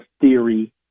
theory